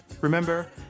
Remember